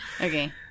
Okay